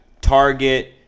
Target